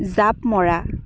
জাঁপ মৰা